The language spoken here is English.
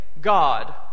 God